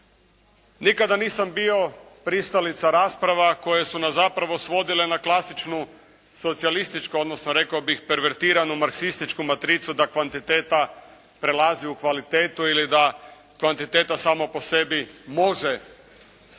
Nikada nisam bio pristalica rasprava koje su nas zapravo svodile na klasičnu socijalističku, odnosno rekao bih pervertiranu marksističku matricu da kvantiteta prelazi u kvalitetu ili da kvantiteta sama po sebi može